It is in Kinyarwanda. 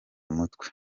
umutwe